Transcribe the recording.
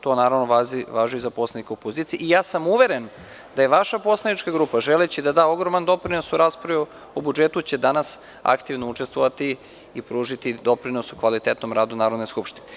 To naravno važi za poslanike opozicije, i ja sam uveren da je vaša poslanička grupa želeći da da ogroman doprinos u raspravi o budžetu će danas aktivno učestvovati i pružiti doprinos kvalitetnom radu Narodne skupštine.